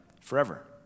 forever